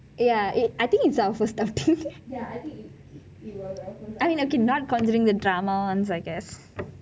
ya I think it's our first outing not considering the drama ones I guess